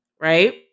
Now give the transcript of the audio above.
Right